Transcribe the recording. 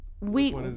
we-